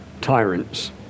tyrants